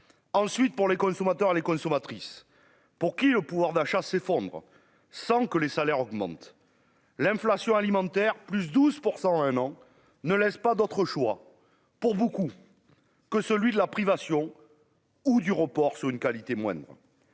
ensuite pour les consommateurs, les consommatrices pour qui le pouvoir d'achat s'effondre sans que les salaires augmentent l'inflation alimentaire plus 12 % un an ne laisse pas d'autre choix pour beaucoup que celui de la privation ou du report sous une qualité moindre,